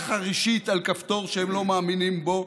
חרישית על כפתור שהם לא מאמינים בו.